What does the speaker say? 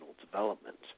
development